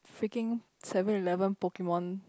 freaking Seven-Eleven Pokemon